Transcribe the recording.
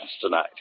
tonight